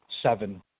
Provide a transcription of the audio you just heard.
Seven